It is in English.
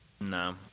No